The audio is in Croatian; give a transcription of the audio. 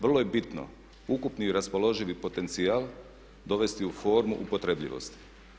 Vrlo je bitno ukupni raspoloživi potencijal dovesti u formu upotrebljivosti.